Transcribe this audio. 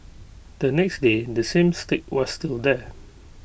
the next day the same stick was still there